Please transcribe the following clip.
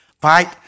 Fight